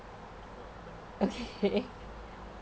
okay